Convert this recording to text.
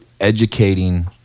educating